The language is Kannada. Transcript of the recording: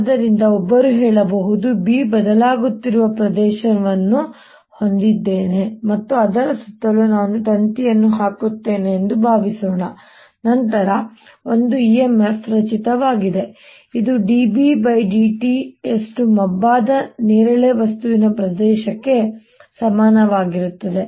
ಆದ್ದರಿಂದ ಒಬ್ಬರು ಹೇಳಬಹುದು B ಬದಲಾಗುತ್ತಿರುವ ಪ್ರದೇಶವನ್ನು ಹೊಂದಿದ್ದೇನೆ ಮತ್ತು ಅದರ ಸುತ್ತಲೂ ನಾನು ತಂತಿಯನ್ನು ಹಾಕುತ್ತೇನೆ ಎಂದು ಭಾವಿಸೋಣ ನಂತರ ಒಂದು EMF ರಚಿತವಾಗಿದೆ ಇದು dB dt ರಷ್ಟು ಮಬ್ಬಾದ ನೇರಳೆ ವಸ್ತುವಿನ ಪ್ರದೇಶಕ್ಕೆ ಸಮಾನವಾಗಿರುತ್ತದೆ